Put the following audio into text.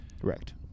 Correct